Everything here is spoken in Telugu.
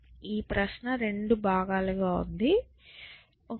ఈ ప్రశ్న రెండు భాగాలుగా ఉంది